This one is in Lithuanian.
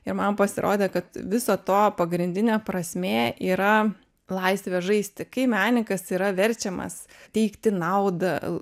ir man pasirodė kad viso to pagrindinė prasmė yra laisvė žaisti kai menininkas yra verčiamas teikti naudą